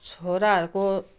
छोराहरूको